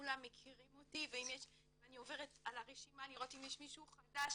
כולם מכירים אותי ואני עוברת על הרשימה לראות אם יש מישהו חדש,